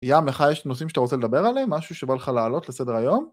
ים, לך יש נושאים שאתה רוצה לדבר עליהם? משהו שבא לך לעלות לסדר היום?